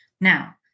now